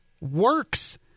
works